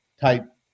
type